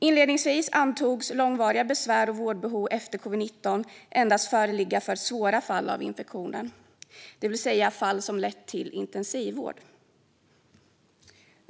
Inledningsvis antogs långvariga besvär och vårdbehov efter covid-19 endast föreligga för svåra fall av infektionen, det vill säga fall som lett till intensivvård.